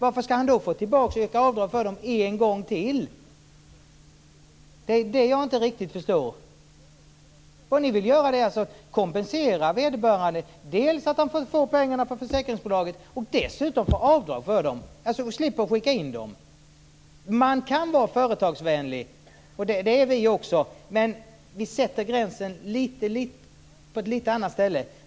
Varför skall han då få göra avdrag för dem en gång till? Det är det som jag inte riktigt förstår. Vad ni vill göra är att kompensera vederbörande dels genom att han får pengarna från försäkringsbolaget, dels genom att han får göra avdrag för dem, dvs. slipper att skicka in dem. Också vi är företagsvänliga, men vi drar gränsen litet annorlunda.